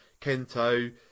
kento